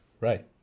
Right